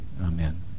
Amen